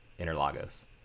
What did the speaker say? Interlagos